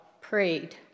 prayed